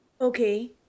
Okay